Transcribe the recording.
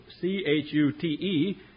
C-H-U-T-E